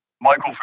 Michael